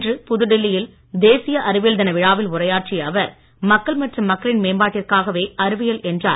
இன்று புதுடில்லியில் தேசிய அறிவியல் தின விழாவில் உரையாற்றிய அவர் மக்கள் மற்றும் மக்களின் மேம்பாட்டிற்காகவே அறிவியல் என்றார்